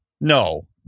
No